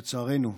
לצערנו,